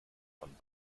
von